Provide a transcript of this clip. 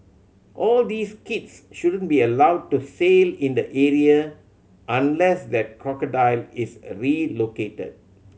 all these kids shouldn't be allowed to sail in the area unless that crocodile is relocated